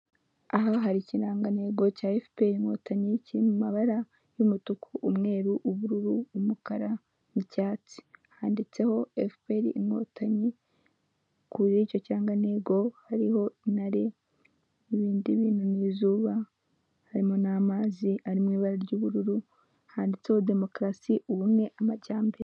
Uku ni uko bishyura amafaranga bakoresheje ikoranabuhanga bisa nk'aho ari mu gihugu cy'Ubwongereza, umuntu yari yohereje amafaranga igihumbi berekana n'undi ayo aribuze kwakira, kandi biba byerekana nimba ukoresheje ikarita za banki cyangwa izindi zose waba ukoresheje birabyerekana.